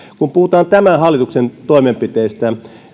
kun puhutaan tämän hallituksen toimenpiteistä